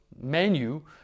menu